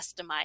customize